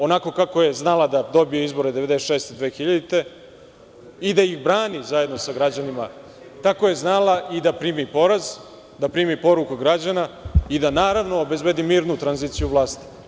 Onako kako je znala da dobije izbore 1996. – 2000. godine, i da ih brani zajedno sa građanima, tako je znala i da primi poraz, da primi poruku građana i da, naravno, obezbedi mirnu tranziciju vlasti.